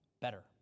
better